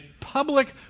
public